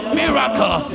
miracle